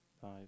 five